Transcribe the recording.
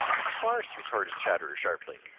of course, retorted chatterer sharply.